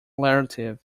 relative